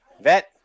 vet